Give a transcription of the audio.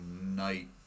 night